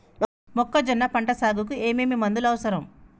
మొక్కజొన్న పంట సాగుకు ఏమేమి మందులు అవసరం?